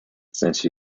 since